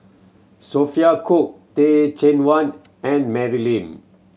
Sophia Cooke Teh Cheang Wan and Mary Lim